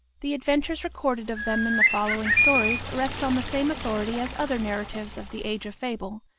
the adventures recorded of them in the following stories rest on the same authority as other narratives of the age of fable,